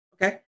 Okay